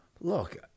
look